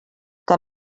que